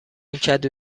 کدو